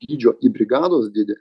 dydžio į brigados dydį